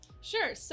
Sure